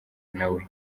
nawe